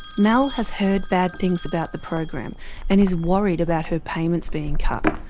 mel has heard bad things about the program and is worried about her payments being cut.